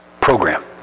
program